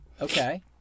Okay